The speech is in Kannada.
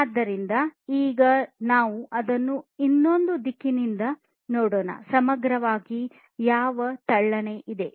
ಆದ್ದರಿಂದ ಈಗ ನಾವು ಅದನ್ನು ಇನ್ನೊಂದು ದಿಕ್ಕಿನಿಂದ ನೋಡೋಣ ಸಮಗ್ರವಾಗಿ ಯಾವದು ತೆಳ್ಳಗೆ ಇದೆ